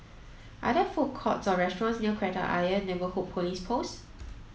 are there food courts or restaurants near Kreta Ayer Neighbourhood Police Post